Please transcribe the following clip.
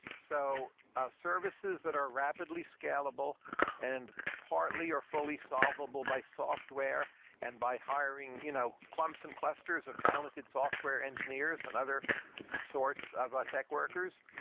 so services that are rapidly scalable and partly or fully solvable by software and by hiring you know clumps and clusters of talented software engineers and other sorts of tech workers,